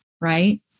right